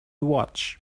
watch